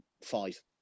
five